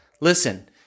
Listen